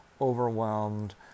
overwhelmed